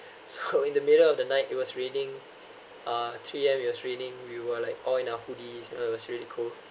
so in the middle of the night it was raining uh three A_M it was raining we were like all in our foodies and it was really cold